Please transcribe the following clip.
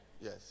yes